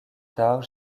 tard